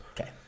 Okay